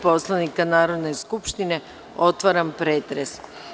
Poslovnika Narodne skupštine, otvaram pretres.